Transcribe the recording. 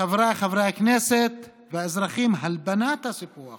חבריי חברי הכנסת והאזרחים, הלבנת הסיפוח